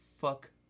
Fuck